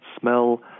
smell